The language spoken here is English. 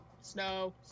Snow